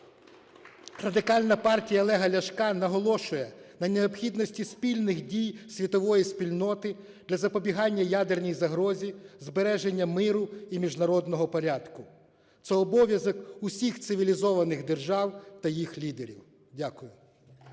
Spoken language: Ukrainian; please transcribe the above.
Радикальна партія Олега Ляшка наголошує на необхідності спільних дій світової спільноти для запобігання ядерній загрозі, збереження миру і міжнародного порядку. Це обов'язок усіх цивілізованих держав та їх лідерів. Дякую.